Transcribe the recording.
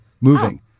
moving